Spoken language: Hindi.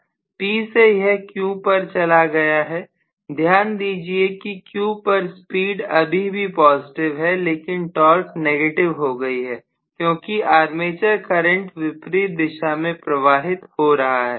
P से यह Q पर चला गया है ध्यान दीजिए कि Q पर स्पीड अभी भी पॉजिटिव है लेकिन टॉर्क नेगेटिव हो गई है क्योंकि आर्मेचर करंट विपरीत दिशा में प्रवाहित हो रहा है